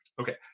Okay